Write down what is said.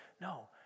No